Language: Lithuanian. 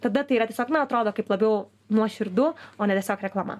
tada tai yra tiesiog na atrodo kaip labiau nuoširdu o ne tiesiog reklama